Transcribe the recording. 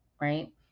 right